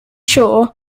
sure